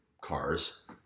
cars